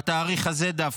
בתאריך הזה דווקא,